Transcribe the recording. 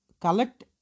collect